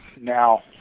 Now